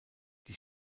die